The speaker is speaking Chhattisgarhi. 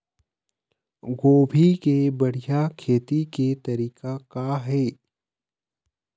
गोभी के बढ़िया खेती के तरीका का हे?